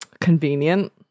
Convenient